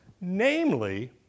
Namely